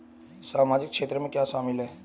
सामाजिक क्षेत्र में क्या शामिल है?